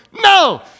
no